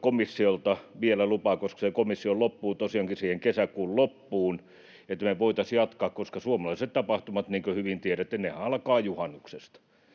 komissiolta vielä lupaa, koska se komission lupa loppuu tosiaankin siihen kesäkuun loppuun — me voitaisiin jatkaa, koska suomalaiset tapahtumat, niin kuin hyvin tiedätte, alkavat juhannuksesta,